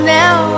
now